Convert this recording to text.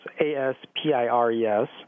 A-S-P-I-R-E-S